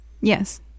Yes